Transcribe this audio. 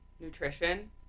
nutrition